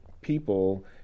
people